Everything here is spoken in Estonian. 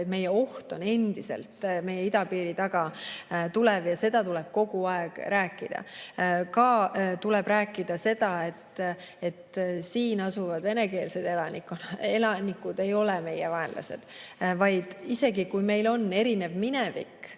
meie oht on endiselt idapiiri tagant tulev ja sellest on vaja kogu aeg rääkida. Samuti tuleb rääkida seda, et siin asuvad venekeelsed elanikud ei ole meie vaenlased. Isegi kui meil on erinev minevik,